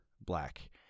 Black